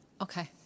okay